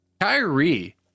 Kyrie